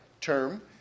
term